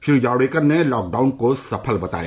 श्री जावड़ेकर ने लॉकडाउन को सफल बताया